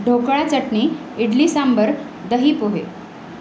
dhokla chutney idli sambar dahi pohe